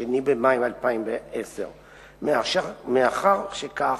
בידוי ראיות ורשלנות הפרקליטות,